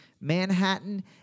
Manhattan